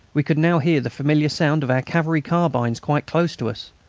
we could now hear the familiar sound of our cavalry carbines quite close to us.